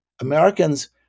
Americans